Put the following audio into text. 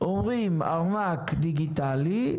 אומרים "ארנק דיגיטלי",